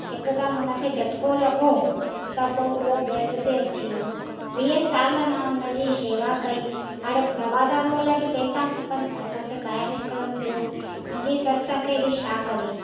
हिकदमु उन खे झटको लॻो त पोइ उहो बेड ते अची वियो वीह साल मां उन जी शेवा कई हाणे दवा दारु लाइ बि पैसा खपनि त असांखे ॿाहिरि निकिरिणो पियो मुंहिंजी ससु अकेली छा करे